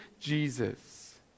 Jesus